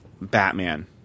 Batman